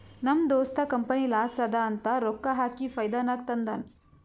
ನಮ್ ದೋಸ್ತ company loss ಅದಾ ಅಂತ ರೊಕ್ಕಾ ಹಾಕಿ ಫೈದಾ ನಾಗ್ ತಂದಾನ್